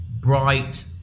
bright